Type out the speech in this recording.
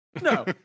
No